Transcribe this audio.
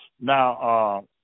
Now